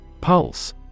Pulse